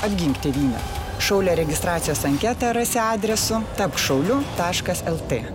apgink tėvynę šaulio registracijos anketą rasi adresu tapk šauliu taškas lt